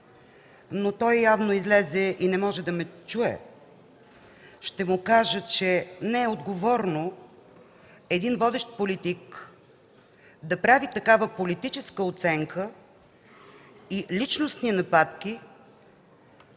но той явно излезе и не може да ме чуе. Ще му кажа, че не е отговорно водещ политик да прави такава политическа оценка и личностни нападки